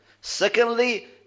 Secondly